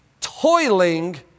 toiling